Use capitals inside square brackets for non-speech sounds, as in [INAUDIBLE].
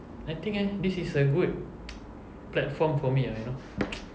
I think eh this is a good platform for me ah you know [NOISE]